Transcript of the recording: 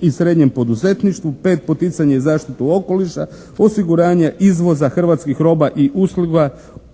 i srednjem poduzetništvu, 5. poticanje i zaštitu okoliša, osiguranje izvoza hrvatskih roba i usluga